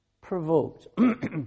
provoked